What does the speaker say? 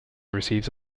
receives